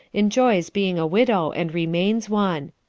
enjoys being a widow and remains one.